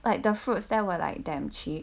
like the fruits there were like damn cheap